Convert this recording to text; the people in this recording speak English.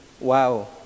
Wow